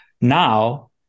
now